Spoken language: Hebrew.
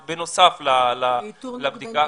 הוא מסתכל על תפקודי כבד שלהם ועוד בדיקות